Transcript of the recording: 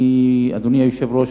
אדוני היושב-ראש,